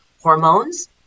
hormones